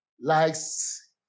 likes